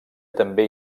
també